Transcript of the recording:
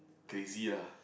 crazy lah